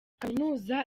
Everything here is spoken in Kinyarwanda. kaminuza